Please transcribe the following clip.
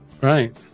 Right